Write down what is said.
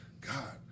God